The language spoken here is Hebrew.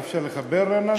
אי-אפשר לחבר, נאזם?